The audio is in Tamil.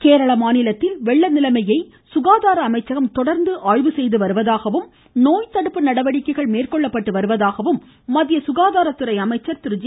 நட்டா கேரள மாநிலத்தில் வெள்ள நிலைமையை சுகாதார அமைச்சகம் தொடர்ந்து ஆய்வு செய்துவருவதாகவும் நோய்த்தடுப்பு நடவடிக்கைகள் மேற்கொள்ளப்பட்டு வருவதாகவும் மத்திய சுகாதாரத்துறை அமைச்சர் திரு ஜே